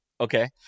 okay